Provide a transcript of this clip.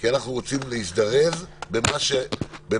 כי אנחנו רוצים להזדרז במה שאפשר,